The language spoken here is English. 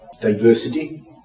diversity